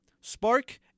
Spark